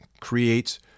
creates